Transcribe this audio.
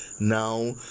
now